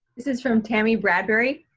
this is from tami bradbury.